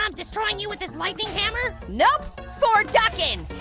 um destroying you with his lightning hammer? nope! thor-duckin'!